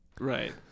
Right